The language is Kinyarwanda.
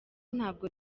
ntabwo